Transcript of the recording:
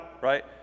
right